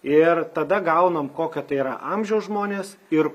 ir tada gaunam kokio tai yra amžiaus žmonės ir